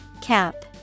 Cap